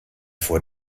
vor